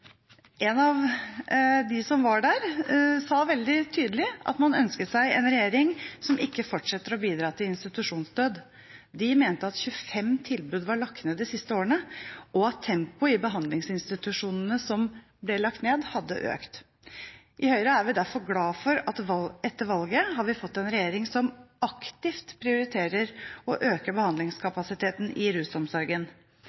en av dem som var der, sa veldig tydelig at man ønsket seg en regjering som ikke fortsetter å bidra til institusjonsdød. De mente at 25 tilbud var lagt ned de siste årene, og at tempoet i behandlingsinstitusjonene som ble lagt ned, hadde økt. I Høyre er vi derfor glad for at vi etter valget har fått en regjering som aktivt prioriterer å øke